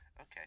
Okay